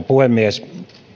puhemies